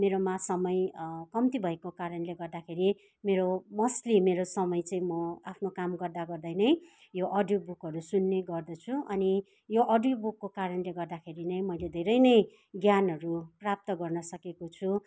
मेरोमा समय कम्ती भएको कारणले गर्दाखेरि मेरो मस्टली मेरो समय चाहिँ म आफ्नो काम गर्दा गर्दै नै यो अडियो बुकहरू सुन्ने गर्दछु अनि यो अडियो बुकको कारणले गर्दाखेरि नै मैले धेरै नै ज्ञानहरू प्राप्त गर्न सकेको छु